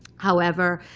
however,